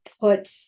put